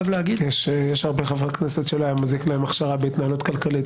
יש הרבה חברי כנסת שלא היה מזיק להם הכשרה בהתנהלות כלכלית.